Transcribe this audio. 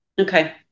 Okay